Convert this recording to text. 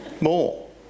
more